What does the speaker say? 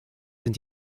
sind